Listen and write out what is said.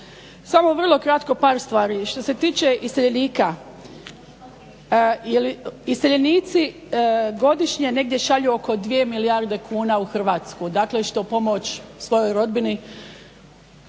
Samo vrlo kratko par stvari. Što se tiče iseljenika, iseljenici godišnje negdje šalju oko 2 milijarde kuna u Hrvatsku. Dakle, što pomoć svojoj rodbini,